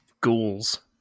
ghouls